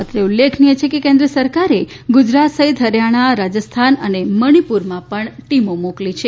અત્રે ઉલ્લેખનીય છે કે કેન્દ્ર સરકારે ગુજરાત સહિત હરિયાણા રાજસ્થાન મણિપુરમાં પણ ટીમો મોકલી છે